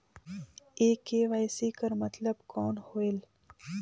ये के.वाई.सी कर मतलब कौन होएल?